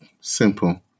simple